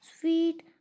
Sweet